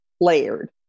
layered